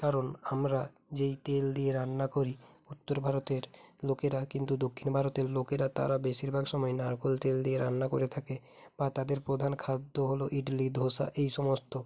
কারণ আমরা যেই তেল দিয়ে রান্না করি উত্তর ভারতের লোকেরা কিন্তু দক্ষিণ ভারতের লোকেরা তারা বেশিরভাগ সময় নারকোল তেল দিয়ে রান্না করে থাকে বা তাদের প্রধান খাদ্য হলো ইডলি ধোসা এই সমস্ত